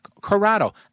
corrado